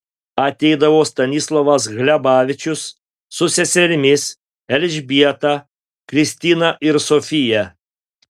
ateidavo stanislovas hlebavičius su seserimis elžbieta kristina ir sofija